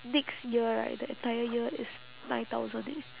next year right the entire year is nine thousand eh